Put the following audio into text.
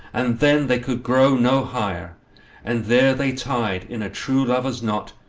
and then they could grow no higher and there they tyed in a true lover's knot,